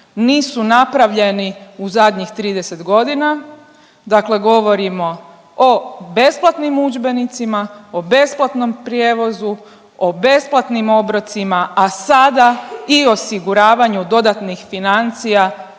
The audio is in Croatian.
nisu napravljeni u zadnjih 30 godina. Dakle govorimo o besplatnim udžbenicima, o besplatnom prijevozu, o besplatnim obrocima, a sada i osiguravanju dodatnih financija